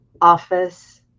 office